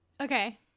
Okay